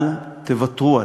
אל תוותרו עליה,